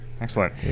Excellent